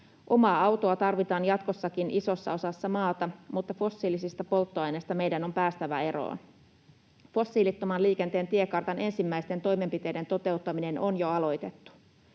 Omaa autoa tarvitaan jatkossakin isossa osassa maata, mutta fossiilisista polttoaineista meidän on päästävä eroon. Fossiilittoman liikenteen tiekartan ensimmäisten toimenpiteiden toteuttaminen on jo aloitettu.